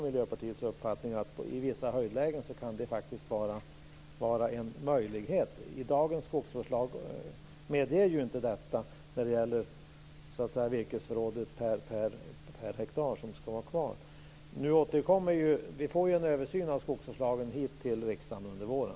I vissa höjdlägen kan det faktiskt vara en möjlighet. Dagens skogsvårdslag medger inte detta för det virkesförråd per hektar som ska vara kvar. Vi får en översyn av skogsvårdslagen under våren.